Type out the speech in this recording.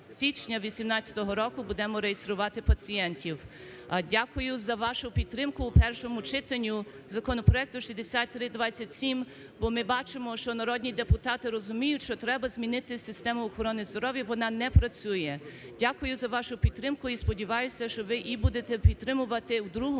січня 2018 року будемо реєструвати пацієнтів. Дякую за вашу підтримку в першому читанні законопроекту 6327. Бо ми бачимо, що народні депутати розуміють, що треба змінити систему охорони здоров'я, вона не працює. Дякую за вашу підтримку і сподіваюся, що ви і будете підтримувати в другому